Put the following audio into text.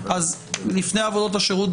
לפני עבודות השירות,